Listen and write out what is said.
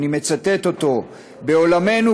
אני מצטט אותו: בעולמנו,